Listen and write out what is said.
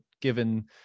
given